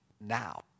now